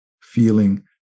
feeling